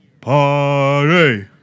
party